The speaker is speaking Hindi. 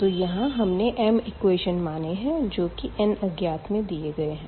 तो यहाँ हमने m इक्वेशन माने है जो की n अज्ञात में दीये गए है